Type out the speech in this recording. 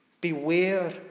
Beware